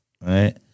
right